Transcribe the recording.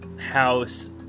house